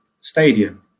stadium